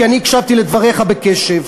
כי אני הקשבתי לדבריך בקשב: